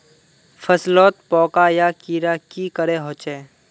फसलोत पोका या कीड़ा की करे होचे?